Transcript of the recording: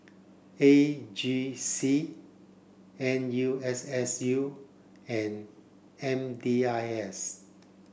A G C N U S S U and M D I S